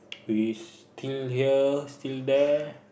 we steal here steal there